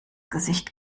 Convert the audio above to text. gesicht